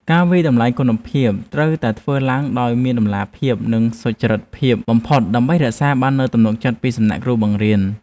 ការវាយតម្លៃគុណភាពគ្រូត្រូវតែធ្វើឡើងដោយមានតម្លាភាពនិងសុចរិតភាពបំផុតដើម្បីរក្សាបាននូវទំនុកចិត្តពីសំណាក់គ្រូបង្រៀន។